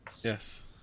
Yes